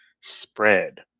spread